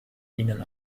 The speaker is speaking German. ihnen